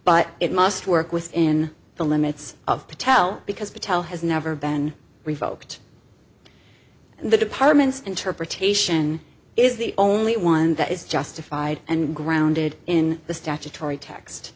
but it must work within the limits of patel because patel has never been revoked and the departments interpretation is the only one that is justified and grounded in the statutory t